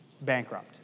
bankrupt